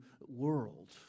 world